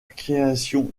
création